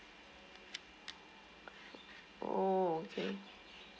oh okay